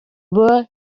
were